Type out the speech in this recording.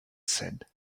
said